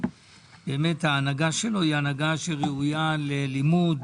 באמת, ההנהגה שלו היא הנהגה שראויה ללימוד.